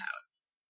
house